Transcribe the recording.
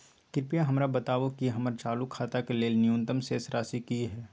कृपया हमरा बताबू कि हमर चालू खाता के लेल न्यूनतम शेष राशि की हय